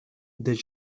their